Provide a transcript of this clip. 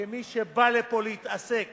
כמי שבא לפה להתעסק